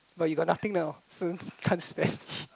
but you got nothing now so can't spend